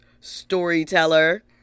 storyteller